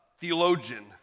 theologian